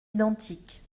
identiques